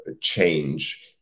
change